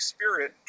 Spirit